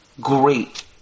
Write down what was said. great